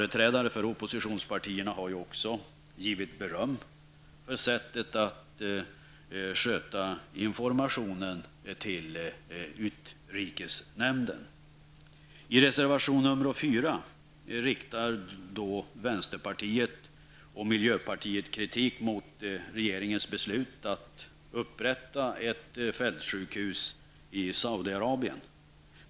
Företrädare för oppositionspartierna har också givit beröm för regeringens sätt att sköta informationen till utrikesnämnden. I reservation nr 4 riktar vänsterpartiet och miljöpartiet kritik mot regeringens beslut att upprätta ett fältsjukhus i Saudi-Arabien.